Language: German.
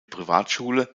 privatschule